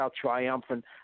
triumphant